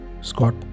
Scott